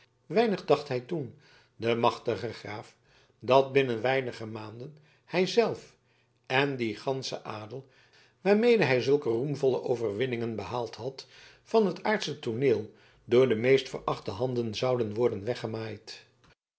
weinig dacht hij toen de machtige graaf dat binnen weinige maanden hij zelf en die gansche adel waarmede hij zulke roemvolle overwinningen behaald had van het aardsche tooneel door de meest verachte handen zouden worden weggemaaid